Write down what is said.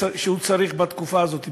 שהוא צריך בתקופה הזאת,